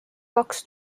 kaks